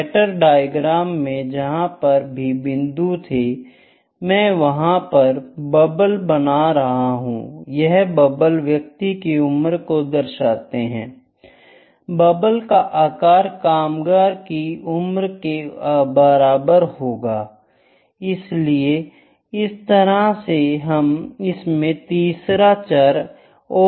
scatter diagram में जहां पर भी बिंदु थे मैं वहां पर बबल बना रहा हूं यह बबल व्यक्ति की उम्र को दर्शाते हैं बबल का आकार कामगार की उम्र के बराबर होगा इसलिए इस तरह से इसमें एक तीसरा चर और जुड़ जाता है